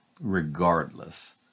regardless